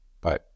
Bye